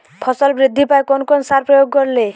ফসল বৃদ্ধি পায় কোন কোন সার প্রয়োগ করলে?